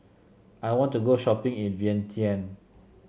I want to go shopping in Vientiane